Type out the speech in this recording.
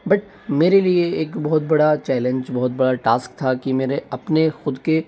but मेरे लिए एक बहुत बड़ा चैलेंज बहुत बड़ा टास्क था कि मेरे अपने खुद के